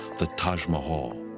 the taj mahal.